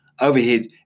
overhead